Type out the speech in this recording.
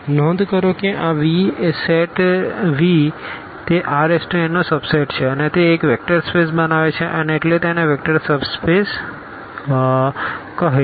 નોંધ કરો કે આ Vએ સેટ Vતે Rn નો સબ સેટ છે અને તે એક વેક્ટર સ્પેસ બનાવે છે અને એટલે તેને વેક્ટર સબ સ્પેસ કહે છે